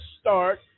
start